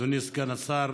אדוני סגן השר,